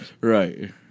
Right